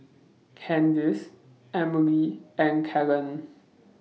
Candyce Emelie and Kellen